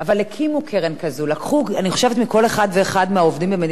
אני חושבת מכל אחד ואחד מהעובדים במדינת ישראל את חלקו,